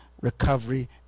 recovery